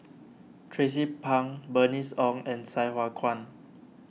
Tracie Pang Bernice Ong and Sai Hua Kuan